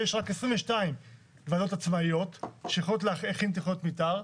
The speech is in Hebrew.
שיש רק 22 ועדות עצמאיות שיכולות להכין תוכניות מתאר.